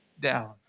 down